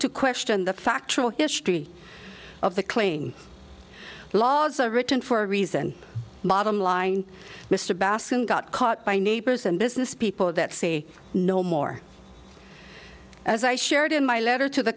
to question the factual history of the claim the laws are written for a reason bottom line mr basson got caught by neighbors and business people that say no more as i shared in my letter to the